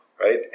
Right